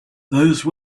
those